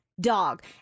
dog